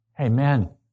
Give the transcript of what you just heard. Amen